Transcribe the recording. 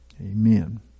Amen